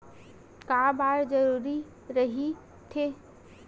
का बार जरूरी रहि थे?